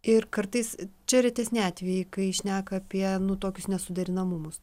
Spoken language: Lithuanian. ir kartais čia retesni atvejai kai šneka apie tokius nesuderinamumus